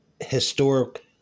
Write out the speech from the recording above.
historic